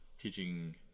teaching